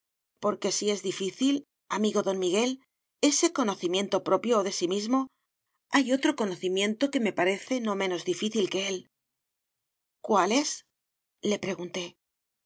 porque si es difícil amigo don miguel ese conocimiento propio o de sí mismo hay otro conocimiento que me parece no menos difícil que él cuál es le pregunté